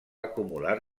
acumular